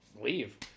leave